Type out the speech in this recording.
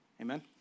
Amen